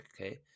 Okay